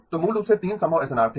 तो मूल रूप से 3 संभव एसएनआर थे